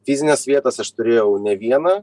fizines vietas aš turėjau ne vieną